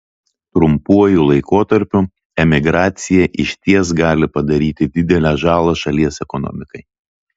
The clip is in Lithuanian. trumpuoju laikotarpiu emigracija išties gali padaryti didelę žalą šalies ekonomikai